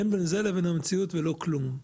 אין בין זה לבין המציאות ולא כלום.